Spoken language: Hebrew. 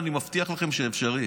אני מבטיח לכם שאפשר.